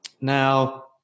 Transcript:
now